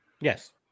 Yes